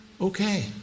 okay